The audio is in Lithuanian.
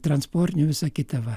transportinių visa kita va